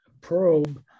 probe